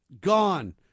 Gone